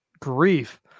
grief